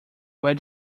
where